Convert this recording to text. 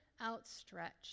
outstretched